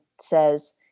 says